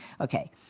Okay